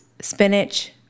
spinach